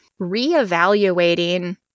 reevaluating